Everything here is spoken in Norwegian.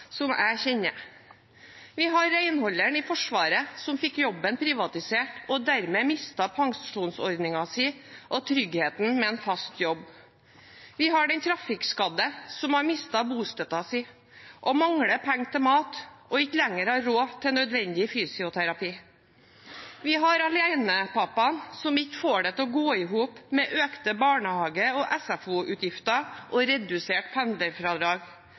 jeg kjenner. Vi har renholderen i Forsvaret som fikk jobben privatisert og dermed mistet pensjonsordningen sin og tryggheten med en fast jobb. Vi har den trafikkskadde som har mistet bostøtten sin, mangler penger til mat og ikke lenger har råd til nødvendig fysioterapi. Vi har alenepappaen som ikke får det til å gå i hop med økte barnehage- og SFO-utgifter og redusert pendlerfradrag.